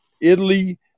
Italy